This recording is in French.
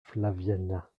flaviana